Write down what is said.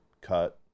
cut